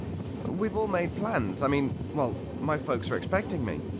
we've all made plans, i mean well, my folks are expecting me.